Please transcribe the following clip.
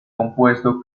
compuesto